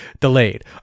delayed